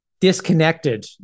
disconnected